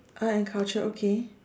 art and culture okay